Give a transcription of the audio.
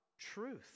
truth